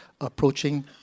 Approaching